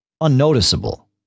unnoticeable